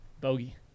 Bogey